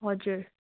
हजुर